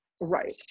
Right